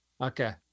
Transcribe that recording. Okay